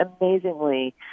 amazingly